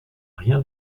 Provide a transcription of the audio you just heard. rien